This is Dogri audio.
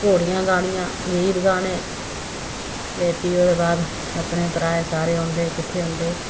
घोड़ियां गानियां गीत गाने ते भी ओह्दे बाद अपने पराए सारे औंदे किट्ठे औंदे